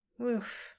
oof